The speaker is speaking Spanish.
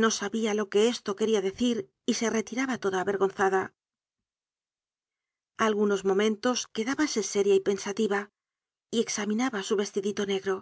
no sabia lo que esto queria decir y se retiraba toda avergonzada algunos momentos quedábase séria y pensativa y examinaba su vestidito negro